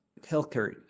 healthcare